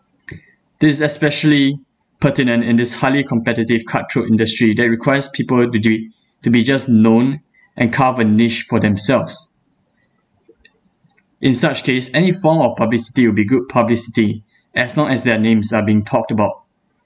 this is especially pertinent in this highly competitive cut throat industry that requires people to do it to be just known and carve a niche for themselves in such case any form of publicity will be good publicity as long as their names are being talked about